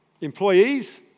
Employees